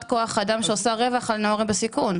כוח אדם שעושה רווח על נוער בסיכון.